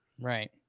Right